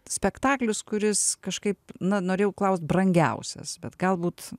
spektaklis kuris kažkaip na norėjau klaust brangiausias bet galbūt